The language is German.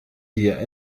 dir